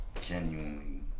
genuinely